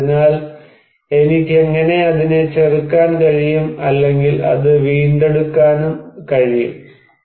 അതിനാൽ എനിക്കെങ്ങനെ അതിനെ ചെറുക്കാൻ കഴിയും അല്ലെങ്കിൽ അത് വീണ്ടെടുക്കാനും കഴിയും